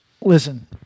Listen